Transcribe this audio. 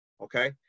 okay